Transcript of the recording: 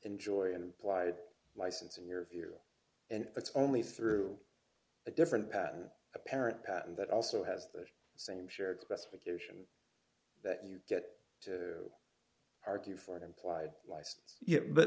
enjoy and applied license in your view and it's only through a different patent apparent patent that also has the same shared specification that you get to argue for an implied license but